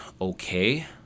okay